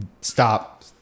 stop